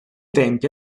tempi